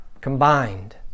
combined